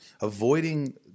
avoiding